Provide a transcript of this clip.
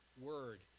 word